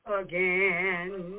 again